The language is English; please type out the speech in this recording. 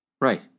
Right